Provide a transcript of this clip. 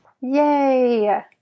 Yay